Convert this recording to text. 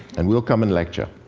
and we'll come and lecture.